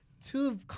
two